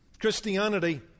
Christianity